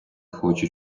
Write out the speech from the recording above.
хоче